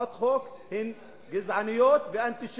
הצעות חוק שהן גזעניות ואנטישמיות,